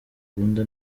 akunda